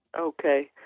Okay